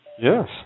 Yes